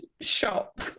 shop